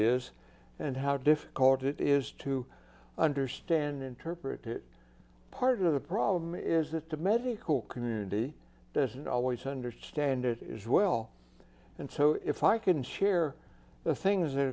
is and how difficult it is to understand interpret part of the problem is that the medical community doesn't always understand it is well and so if i can share the things that